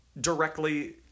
directly